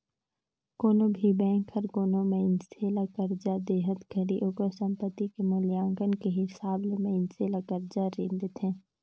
कोनो भी बेंक हर कोनो मइनसे ल करजा देहत घरी ओकर संपति के मूल्यांकन के हिसाब ले मइनसे ल करजा रीन देथे